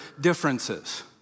differences